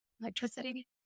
Electricity